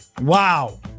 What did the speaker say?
wow